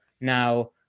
Now